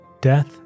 death